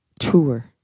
truer